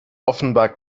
offenbar